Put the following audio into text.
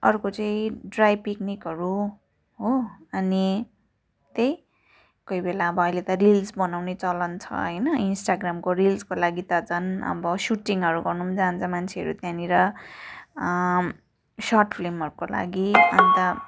अर्को चाहिँ ड्राई पिकनिकहरू हो अनि त्यही कोइबेला अब अहिले त रिल्स बनाउने चलन छ होइन इन्सटाग्रामको रिल्सको लागि त झन् अब सुटिङहरू गर्न पनि जान्छ मान्छेहरू त्यहाँनिर सर्ट फिल्महरूको लागि अन्त